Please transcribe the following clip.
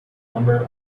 glimmer